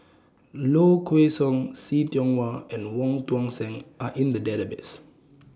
Low Kway Song See Tiong Wah and Wong Tuang Seng Are in The Database